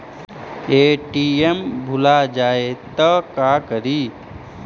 ATM भुला जाये त का करि?